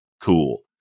cool